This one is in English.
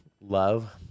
love